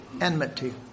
Enmity